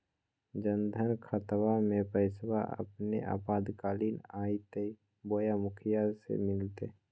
जन धन खाताबा में पैसबा अपने आपातकालीन आयते बोया मुखिया से मिलते?